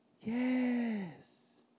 Yes